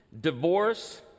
divorce